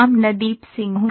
अमनदीप सिंह हूं